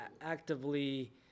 actively